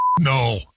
no